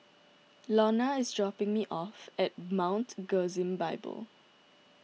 Lonna is dropping me off at Mount Gerizim Bible